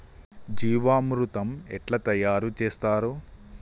జీవామృతం ఎట్లా తయారు చేత్తరు?